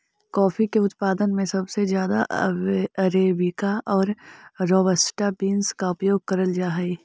coffee के उत्पादन में सबसे ज्यादा अरेबिका और रॉबस्टा बींस का उपयोग करल जा हई